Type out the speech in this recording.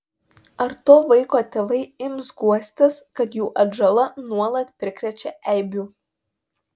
ar to vaiko tėvai ims guostis kad jų atžala nuolat prikrečia eibių